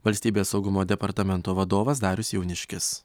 valstybės saugumo departamento vadovas darius jauniškis